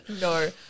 No